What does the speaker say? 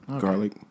garlic